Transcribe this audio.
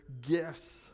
gifts